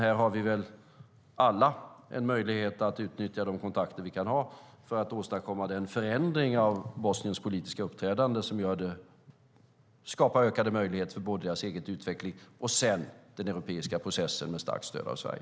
Här har vi väl alla en möjlighet att utnyttja de kontakter vi kan ha för att åstadkomma den förändring av Bosniens politiska uppträdande som skapar ökade möjligheter både för Bosniens egen utveckling och för den europeiska processen, där man har starkt stöd av Sverige.